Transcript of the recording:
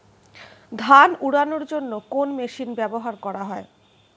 ধান উড়ানোর জন্য কোন মেশিন ব্যবহার করা হয়?